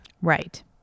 Right